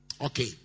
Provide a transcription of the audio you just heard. Okay